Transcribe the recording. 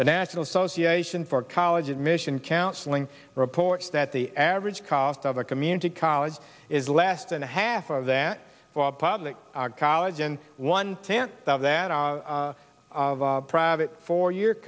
the national association for college admission counseling reports that the average cost of a community college is less than half of that public college and one tenth of that of a private four year